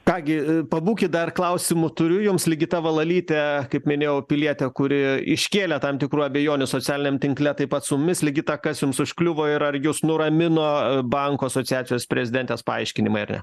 ką gi pabūkit dar klausimų turiu jums ligita valalytė kaip minėjau pilietė kuri iškėlė tam tikrų abejonių socialiniam tinkle taip pat su mumis ligita kas jums užkliuvo ir ar jus nuramino bankų asociacijos prezidentės paaiškinimai ar ne